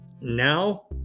Now